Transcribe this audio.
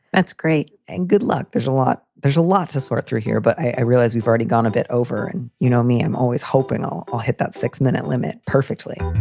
that's great. and good luck. there's a lot there's a lot to sort through here. but i realize we've already gone a bit over. and you know me. i'm always hoping i'll i'll hit that six minute limit perfectly